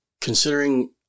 considering